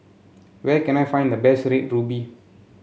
where can I find the best Red Ruby